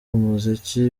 umuziki